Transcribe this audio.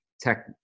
tech